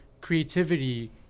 creativity